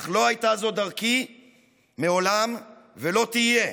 אך לא הייתה זו דרכי מעולם, ולא תהיה.